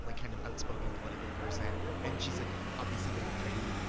like kind of outspoken political person, and she's like obviously very pretty.